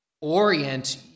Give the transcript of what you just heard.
orient